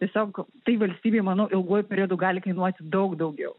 tiesiog tai valstybei manau ilguoju periodu gali kainuoti daug daugiau